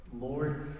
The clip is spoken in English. Lord